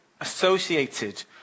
associated